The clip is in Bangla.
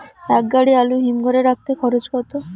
এক গাড়ি আলু হিমঘরে রাখতে খরচ কত?